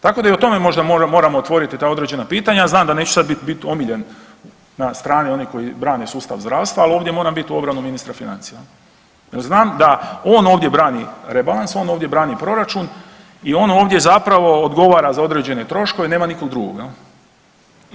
Tako da i o tome možda moramo otvoriti ta određena pitanja, znam da sad neću bit, bit omiljen na strani onih koji brane sustav zdravstva, al ovdje moram bit u obranu ministra financija jel, jel znam da on ovdje brani rebalans, on ovdje brani proračun i on ovdje zapravo odgovara za određene troškove i nema nikog drugog jel.